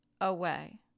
away